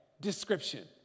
description